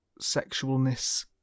sexualness